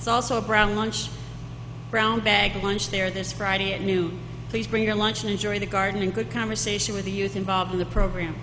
is also a brown lunch brown bag lunch there this friday and new please bring your lunch and enjoy the garden and good conversation with the youth involved in the program